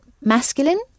masculine